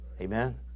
Amen